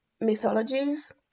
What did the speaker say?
mythologies